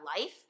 life